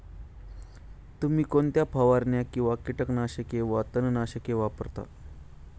तुम्ही कोणत्या फवारण्या किंवा कीटकनाशके वा तणनाशके वापरता?